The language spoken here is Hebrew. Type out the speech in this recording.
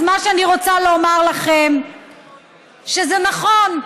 אז מה שאני רוצה לומר לכם שזה נכון,